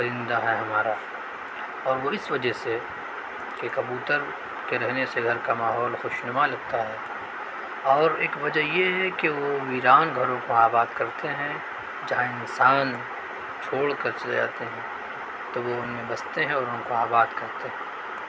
پرندہ ہے ہمارا اور وہ اس وجہ سے کہ کبوتر کے رہنے سے گھر کا ماحول خوشنما لگتا ہے اور ایک وجہ یہ ہے کہ وہ ویران گھروں کو آباد کرتے ہیں جہاں انسان چھوڑ کر چلے جاتے ہیں تو وہ ان میں بستے ہیں اور وہاں کو آباد کرتے ہیں